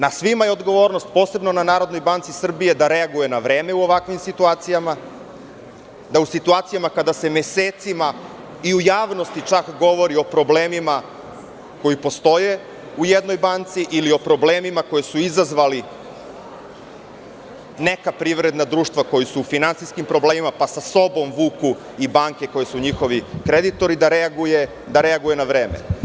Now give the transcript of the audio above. Na svima je odgovornost, a posebno na NBS da reaguje na vreme u ovakvim situacijama, da u situacijama kada se mesecima i u javnosti govori o problemima koji postoje u jednoj banci ili o problemima koji su izazvali neka privredna društva koja su u finansijskim problemima, pa sa sobom vuku i banke koji su njihovi kreditori, da reaguje na vreme.